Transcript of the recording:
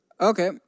Okay